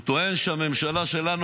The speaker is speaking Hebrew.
הוא טוען שהממשלה שלנו,